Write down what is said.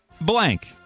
blank